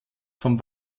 vom